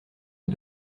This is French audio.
est